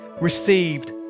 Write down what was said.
received